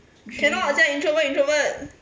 cannot 好像 introvert introvert